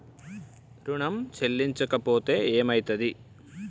ఋణం చెల్లించకపోతే ఏమయితది?